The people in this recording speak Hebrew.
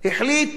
החליט